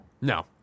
no